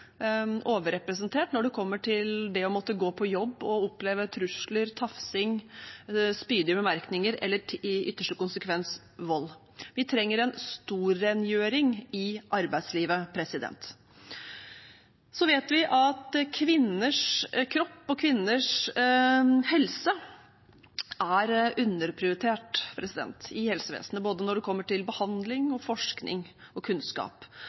overrepresentert også når det gjelder å måtte gå på jobb og oppleve trusler, tafsing, spydige bemerkninger eller i ytterste konsekvens vold. Vi trenger en storrengjøring i arbeidslivet. Så vet vi at kvinners kropp og kvinners helse er underprioritert i helsevesenet, både når det gjelder behandling, forskning og kunnskap.